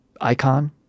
icon